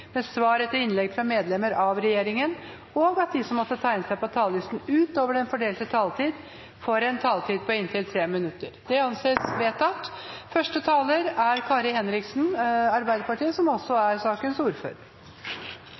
med svar etter innlegg fra medlemmer av regjeringen innenfor den fordelte taletid, og at de som måtte tegne seg på talerlisten utover den fordelte taletid, får en taletid på inntil 3 minutter. – Det anses vedtatt. For Arbeiderpartiet er det en grunnleggende verdi i ethvert samfunn at de som